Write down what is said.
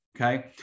Okay